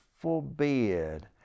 forbid